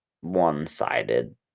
one-sided